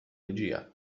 regia